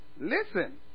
Listen